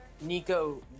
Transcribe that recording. Nico